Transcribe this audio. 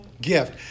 gift